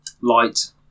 light